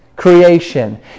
Creation